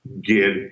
get